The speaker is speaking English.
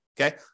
Okay